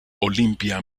olimpia